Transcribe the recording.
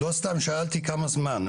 לא סתם שאלתי כמה זמן,